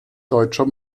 deutscher